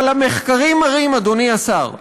אבל המחקרים מראים, אדוני השר,